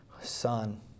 Son